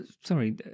sorry